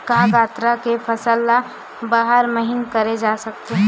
का गन्ना के फसल ल बारह महीन करे जा सकथे?